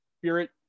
Spirit